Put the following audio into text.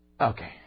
Okay